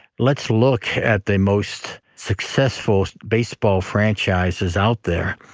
let's look at the most successful baseball franchises out there,